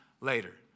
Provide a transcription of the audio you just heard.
later